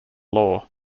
law